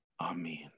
Amen